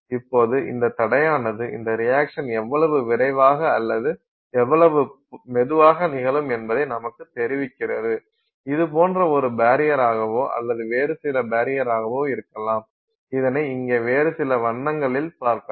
இப்போது இந்த தடையானது இந்த ரியாக்சன் எவ்வளவு விரைவாக அல்லது எவ்வளவு மெதுவாக நிகழும் என்பதை நமக்குக் தெரிவிக்கிறது இது போன்ற ஒரு பரியராகவோ அல்லது வேறு சில பரியராகவோ இருக்கலாம் இதனை இங்கே வேறு சில வண்ணங்களில் பார்க்கலாம்